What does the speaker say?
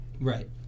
Right